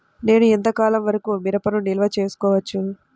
నేను ఎంత కాలం వరకు మిరపను నిల్వ చేసుకోవచ్చు?